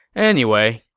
anyway,